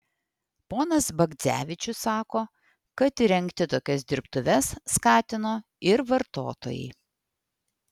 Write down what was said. ponas bagdzevičius sako kad įrengti tokias dirbtuves skatino ir vartotojai